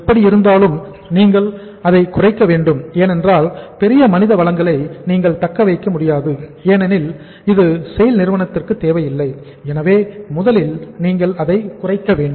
எப்படி இருந்தாலும் நீங்கள் அதை குறைக்க வேண்டும் ஏனென்றால் பெரிய மனித வளங்களை நீங்கள் தக்க வைக்க முடியாது ஏனெனில் இது SAIL நிறுவனத்திற்கு தேவையில்லை எனவே முதலில் நீங்கள் அதை குறைக்க வேண்டும்